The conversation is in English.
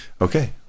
Okay